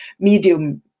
medium